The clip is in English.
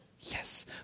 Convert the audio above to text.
Yes